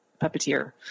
puppeteer